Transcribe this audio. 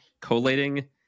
collating